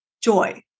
joy